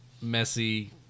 messy